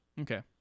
Okay